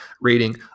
rating